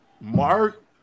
Mark